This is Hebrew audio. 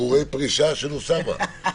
הרהורי פרישה של אוסאמה.